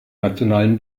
nationalen